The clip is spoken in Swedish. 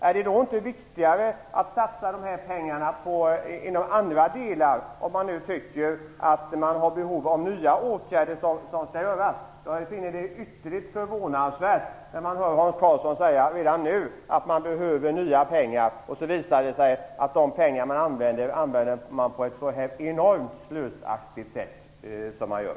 Är det inte viktigare att satsa dessa pengar på andra ställen om man nu tycker att det finns behov av nya åtgärder? Jag finner det ytterligt förvånande att man använder dessa pengar på ett så enormt slösaktigt sätt när Hans Karlsson redan nu säger att det behövs mera pengar.